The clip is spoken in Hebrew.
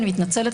אני מתנצלת.